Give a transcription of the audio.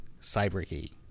CyberKey